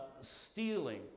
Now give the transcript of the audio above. stealing